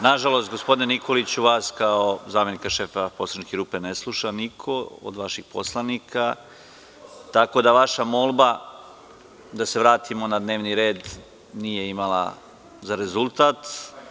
Nažalost, gospodine Nikoliću, vas kao zamenika šefa poslaničke grupe ne sluša niko od vaših poslanika, tako da vaša molba da se vratimo na dnevni red nije imala ništa za rezultat.